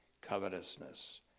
covetousness